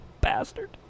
bastard